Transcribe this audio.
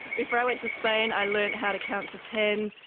before i went to spain i learned how to count to ten,